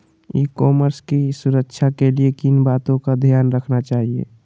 ई commerce की सुरक्षा के लिए किन बातों का ध्यान रखना चाहिए?